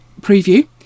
preview